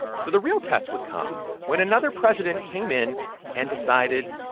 so the real test would come when another president came in and decided,